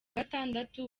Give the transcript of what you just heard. gatandatu